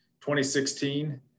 2016